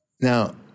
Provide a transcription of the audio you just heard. Now